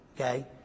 Okay